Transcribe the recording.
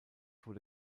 wurde